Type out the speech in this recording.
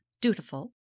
dutiful